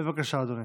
בבקשה, אדוני.